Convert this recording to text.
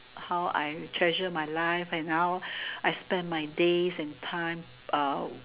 how I treasure my life and how I spend my days and time uh